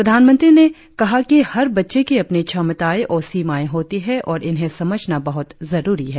प्रधानमंत्री ने कहा कि हर बच्चे की अपनी क्षमताएं और सीमाएं होती है और इन्हें समझना बहुत जरुरी है